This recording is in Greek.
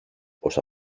πως